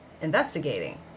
investigating